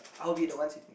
I'll be the one sitting